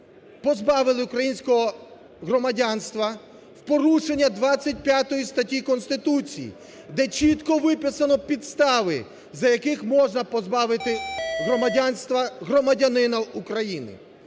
позбавили українського громадянства в порушення 25 статті Конституції, де чітко виписано підстави, за яких можна позбавити громадянства